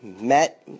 met